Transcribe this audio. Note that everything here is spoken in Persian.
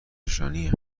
نشانیه